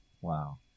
wow